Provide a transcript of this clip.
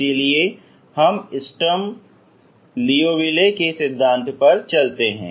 इसलिए हम Sturm Liouville के सिद्धांत पर चलते हैं